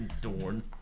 Dorn